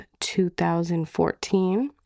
2014